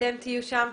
אתם תהיו שם.